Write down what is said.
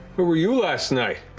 where were you last night?